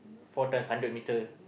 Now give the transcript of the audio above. four times hundred metre